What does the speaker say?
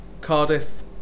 Cardiff